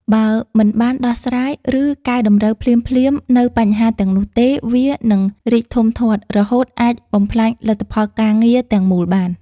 បើមិនបានដោះស្រាយ ឬកែតម្រូវភ្លាមៗនូវបញ្ហាទាំងនោះទេ វានឹងរីកធំធាត់ រហូតអាចបំផ្លាញលទ្ធផលការងារទាំងមូលបាន។